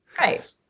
Right